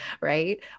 right